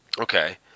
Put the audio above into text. okay